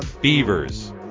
beavers